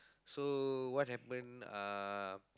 so what happen uh